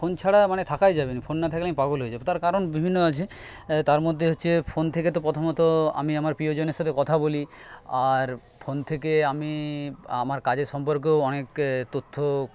phone ছাড়া মানে থাকাই যাবেনি ফোন না থাকলে আমি পাগল হয়ে যাবো তার কারণ বিভিন্ন আছে তার মধ্যে হচ্ছে ফোন থেকে তো প্রথমত আমি আমার প্রিয়জনের সাথে কথা বলি আর ফোন থেকে আমি আমার কাজের সম্পর্কেও অনেক তথ্য